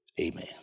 amen